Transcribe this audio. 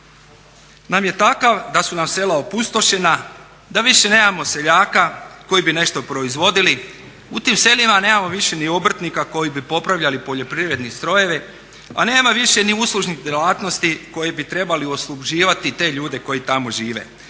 nam je takav da su nam sela opustošena, da više nemamo seljaka koji bi nešto proizvodili. U tim selima nemamo više ni obrtnika koji bi popravljali poljoprivredne strojeve, nema više ni uslužnih djelatnosti koje bi trebali … te ljude koji tamo žive.